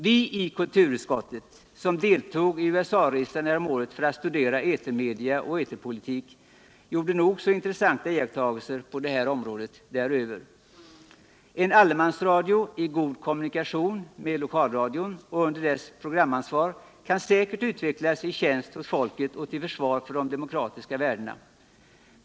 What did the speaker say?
Vi i kulturutskottet som deltog i USA-resan häromåret för att studera etermedia och eterpolitik gjorde nog så intressanta iakttagelser på detta område däröver. En allemansradio i god kommunikation med lokalradion och under dess programansvar kan säkert utvecklas i tjänst hos folket och till försvar för de demokratiska värdena.